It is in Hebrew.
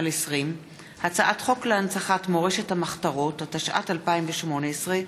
(גנבת נשק), התשע"ט 2018,